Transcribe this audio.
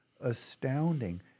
astounding